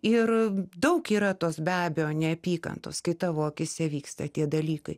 ir daug yra tos be abejo neapykantos kai tavo akyse vyksta tie dalykai